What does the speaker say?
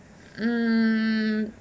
um